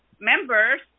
members